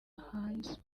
hanze